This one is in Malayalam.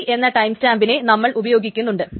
T എന്ന ടൈം സ്റ്റാമ്പിനെ നമ്മൾ ഉപയോഗിക്കുന്നുണ്ട്